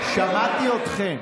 שמעתי אתכם,